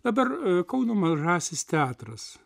dabar kauno mažasis teatras